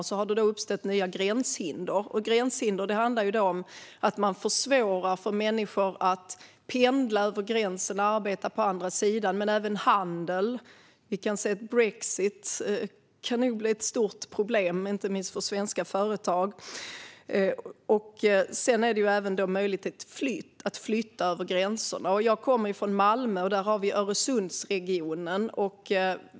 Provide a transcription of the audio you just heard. Därmed har det uppstått nya gränshinder. Gränshinder försvårar för människor att pendla över gränsen och arbeta på andra sidan. De försvårar även handel. Brexit kan nog bli ett stort problem, inte minst för svenska företag. Det handlar även om möjligheten att flytta över gränserna. Jag kommer från Malmö. Där har vi Öresundsregionen.